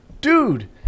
dude